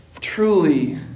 Truly